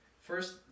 First